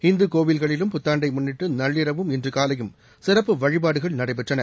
இந்துக் கோவில்களிலும் புத்தாண்டை முன்னிட்டு நள்ளிரவும் இன்று காலையும் சிறப்பு வழிபாடுகள் நடைபெற்றன